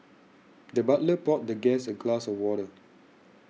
the butler poured the guest a glass of water